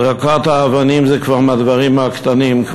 זריקת האבנים, זה כבר מהדברים הקטנים.